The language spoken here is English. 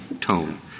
tone